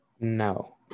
No